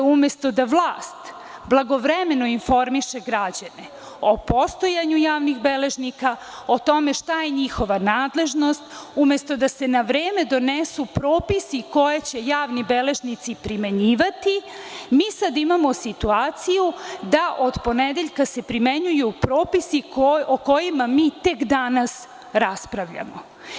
Umesto da vlast blagovremeno informiše građane o postojanju javnih beležnika, o tome šta je njihova nadležnost, umesto da se na vreme donesu propisi koje će javni beležnici primenjivati, mi sada imamo situaciju da od ponedeljka se primenjuju propisi o kojima mi tek danas raspravljamo.